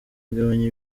igabanya